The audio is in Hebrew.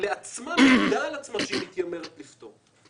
מעידה שהיא מתיימרת לפתור.